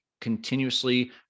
continuously